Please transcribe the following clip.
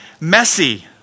messy